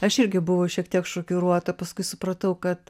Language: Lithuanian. aš irgi buvau šiek tiek šokiruota paskui supratau kad